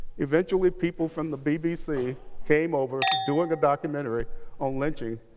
eventually people from the bbc came over doing a documentary on lynching.